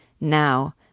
Now